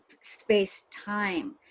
space-time